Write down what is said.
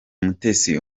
mutesi